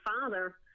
father